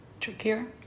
trickier